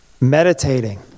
Meditating